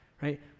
Right